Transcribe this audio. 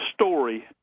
story